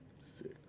six